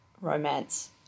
romance